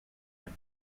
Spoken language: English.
when